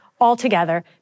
altogether